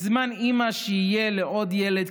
את זמן אימא שיהיה לעוד ילד,